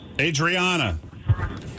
Adriana